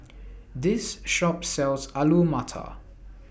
This Shop sells Alu Matar